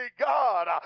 god